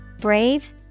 Brave